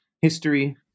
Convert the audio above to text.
history